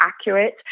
accurate